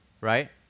right